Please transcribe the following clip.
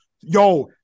Yo